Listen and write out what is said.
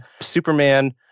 Superman